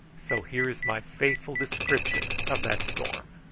so here is my faithful description of that storm.